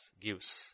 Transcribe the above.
gives